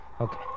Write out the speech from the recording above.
Okay